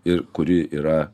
ir kuri yra